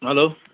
hello